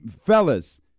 Fellas